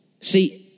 See